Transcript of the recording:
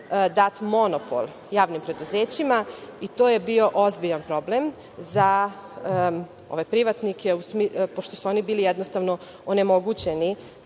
dat monopol javnim preduzećima i to je bio ozbiljan problem za ove privatnike, pošto su oni bili jednostavno onemogućeni